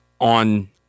on